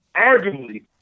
arguably